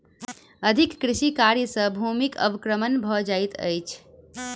अधिक कृषि कार्य सॅ भूमिक अवक्रमण भ जाइत अछि